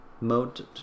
mode